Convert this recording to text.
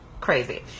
Crazy